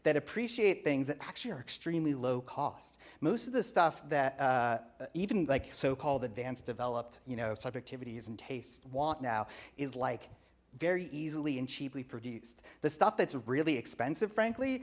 that appreciate things that actually are extremely low cost most of the stuff that even like so called advanced developed you know subjectivity isn't taste want now is like very easily and cheaply produced the stuff that's really expensive frankly